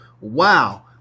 wow